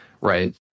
Right